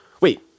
wait